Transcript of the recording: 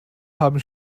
haben